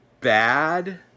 bad